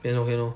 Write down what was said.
can lor can lor